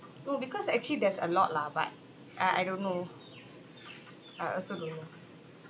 no because actually there's a lot lah but I I don't know I also don't know